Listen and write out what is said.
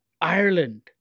Ireland